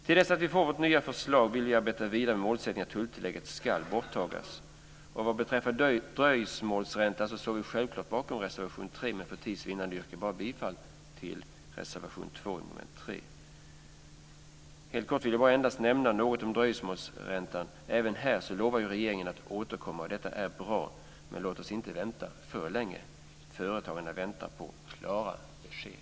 Till dess att vi får nya förslag vill vi arbeta vidare med målsättningen att tulltillägget ska borttagas. Vad beträffar dröjsmålstalan står vi självklart bakom reservation 3, men för tids vinnande yrkar jag bifall bara till reservation 2 under mom. 3. Jag vill helt kort bara nämna något om dröjsmålstalan. Även när det gäller den lovar ju regeringen att återkomma. Detta är bra, men låt oss inte vänta för länge. Företagarna väntar på klara besked.